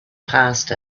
passed